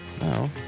No